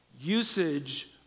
usage